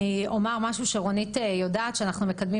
אני אומר משהו שרונית יודעת: אנחנו מקדמים